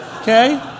Okay